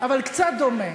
אבל קצת דומה.